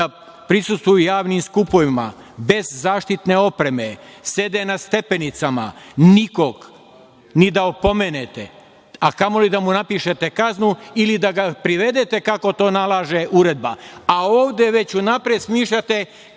da prisustvuju javnim skupovima bez zaštitne opreme, sede na stepenicama, nikog ni da opomenete, a kamoli da mu napišete kaznu ili da ga privedete, kako to nalaže uredba, a ovde već unapred smišljate